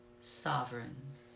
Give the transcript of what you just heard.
sovereigns